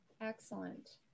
Excellent